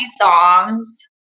songs